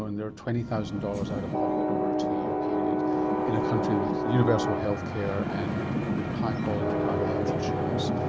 and they are twenty thousand dollars out-of-pocket over a two-year period in a country with universal healthcare and high-quality private health insurance,